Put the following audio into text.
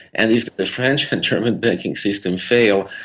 and if the french and german banking systems fail,